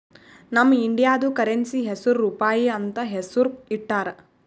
ನಮ್ ಇಂಡಿಯಾದು ಕರೆನ್ಸಿ ಹೆಸುರ್ ರೂಪಾಯಿ ಅಂತ್ ಹೆಸುರ್ ಇಟ್ಟಾರ್